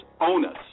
onus